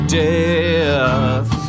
death